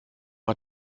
hat